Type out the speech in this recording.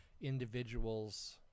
individuals